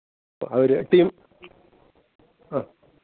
ആ ഒരു ടീം ആ